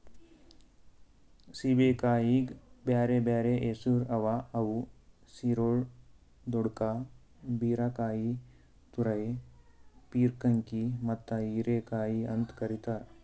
ಸೇಬೆಕಾಯಿಗ್ ಬ್ಯಾರೆ ಬ್ಯಾರೆ ಹೆಸುರ್ ಅವಾ ಅವು ಸಿರೊಳ್, ದೊಡ್ಕಾ, ಬೀರಕಾಯಿ, ತುರೈ, ಪೀರ್ಕಂಕಿ ಮತ್ತ ಹೀರೆಕಾಯಿ ಅಂತ್ ಕರಿತಾರ್